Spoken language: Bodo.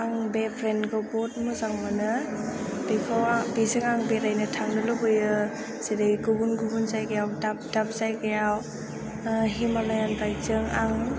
आं बे ब्रेन्दखौ बहद मोजां बेखौ आं बेजों आं बेरायनो थांनो लुबैयो जेरै गुबुन गुबुन जायगायाव दाब दाब जायगायाव हिमालयान बाइकजों आं